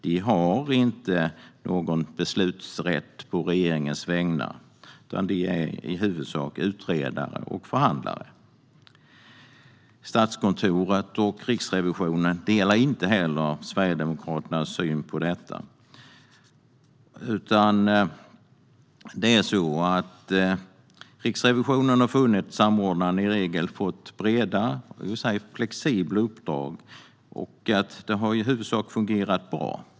De har inte någon beslutsrätt å regeringens vägnar, utan de är i huvudsak utredare och förhandlare. Statskontoret och Riksrevisionen delar inte heller Sverigedemokraternas syn på detta. Riksrevisionen har funnit att samordnarna i regel har fått breda och i sig flexibla uppdrag. Det har i huvudsak fungerat bra.